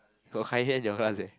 got Kai-Lian in your class eh